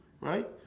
right